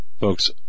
Folks